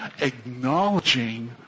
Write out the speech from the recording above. acknowledging